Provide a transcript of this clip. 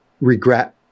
regret